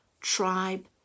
tribe